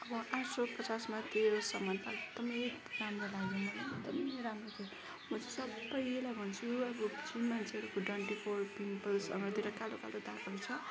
अब आठ सय पचासमा सामान एकदमै राम्रो लाग्यो मलाई एकदमै राम्रो थियो म चाहिँ सबैलाई भन्छु अब मान्छेहरूको डन्डिफोर पिम्पल्स अनुहारतिर कालो कालो दागहरू छ